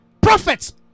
prophets